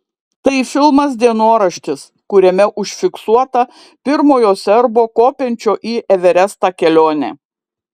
tai filmas dienoraštis kuriame užfiksuota pirmojo serbo kopiančio į everestą kelionė